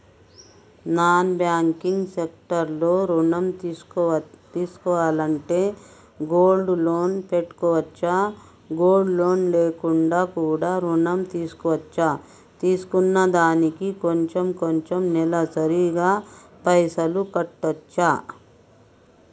Non banking sector లో ఋణం తీసుకోవాలంటే గోల్డ్ లోన్ పెట్టుకోవచ్చా? గోల్డ్ లోన్ లేకుండా కూడా ఋణం తీసుకోవచ్చా? తీసుకున్న దానికి కొంచెం కొంచెం నెలసరి గా పైసలు కట్టొచ్చా?